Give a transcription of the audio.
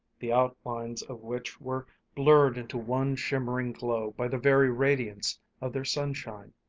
the outlines of which were blurred into one shimmering glow by the very radiance of their sunshine.